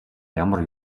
ямар